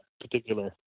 particular